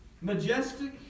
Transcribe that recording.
majestic